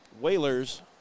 Whalers